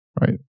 right